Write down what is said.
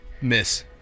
Miss